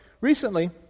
recently